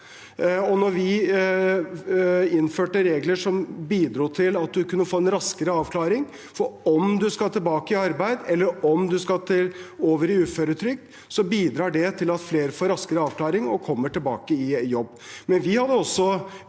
Vi innførte regler som bidro til at man kunne få en raskere avklaring på om man skal tilbake i arbeid, eller om man skal over i uføretrygd, og det bidrar til at flere får raskere avklaring og kommer tilbake i jobb.